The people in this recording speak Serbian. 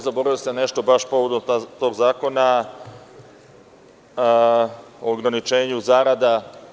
Zaboravio sam nešto baš povodom tog zakona o ograničenju zarada.